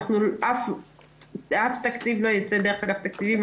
אף תקציב לא ייצא דרך אגף תקציבים.